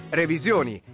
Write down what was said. revisioni